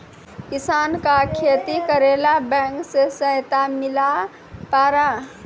किसान का खेती करेला बैंक से सहायता मिला पारा?